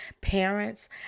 parents